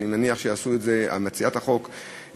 אני מניח שתעשה את זה מציעת החוק,